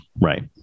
right